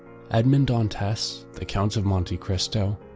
edmond dantes, the count of monte cristo,